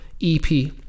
EP